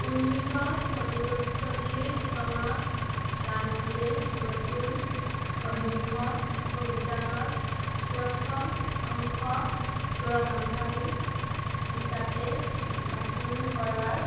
ঊনৈশ চল্লিছ চল্লিছ চনত গান্ধীয়ে নতুন অহিংস অভিযানত প্ৰথম অংশগ্ৰহণকাৰী হিচাপে বাছনি কৰাৰ